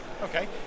Okay